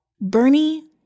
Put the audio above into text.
Bernie